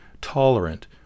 tolerant